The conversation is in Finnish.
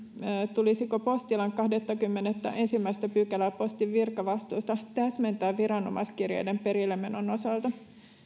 tulisiko postilain kahdettakymmenettäensimmäistä pykälää postin virkavastuista täsmentää viranomaiskirjeiden perillemenon osalta